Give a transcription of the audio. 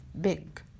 big